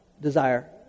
desire